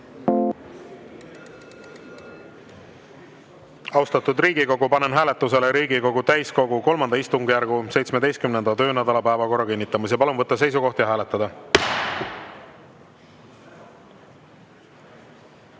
Austatud Riigikogu, panen hääletusele Riigikogu täiskogu III istungjärgu 17. töönädala päevakorra kinnitamise. Palun võtta seisukoht ja hääletada.